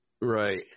Right